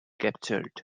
captured